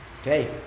okay